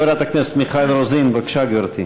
חברת הכנסת מיכל רוזין, בבקשה, גברתי.